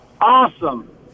awesome